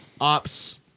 ops